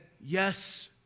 yes